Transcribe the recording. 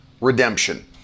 redemption